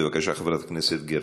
בבקשה, חברת הכנסת יעל גרמן.